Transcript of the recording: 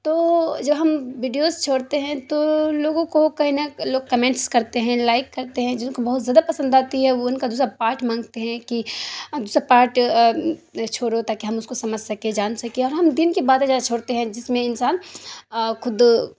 تو جو ہم بڈیوز چھوڑتے ہیں تو لوگوں کو کہیں نہ لوگ کمنٹس کرتے ہیں لائک کرتے ہیں جن کو بہت زدہ پسند آتی ہے وہ ان کا دوسرا پارٹ مانگتے ہیں کہ دوسرا پارٹ چھوڑو تاکہ ہم اس کو سمجھ سکیں جان سکیں ہم دین کی باتیں زیادہ چھوڑتے ہیں جس میں انسان کھد